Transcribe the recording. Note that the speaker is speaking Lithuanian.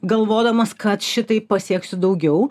galvodamas kad šitaip pasieksiu daugiau